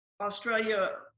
Australia